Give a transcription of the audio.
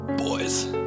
Boys